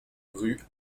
rue